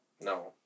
No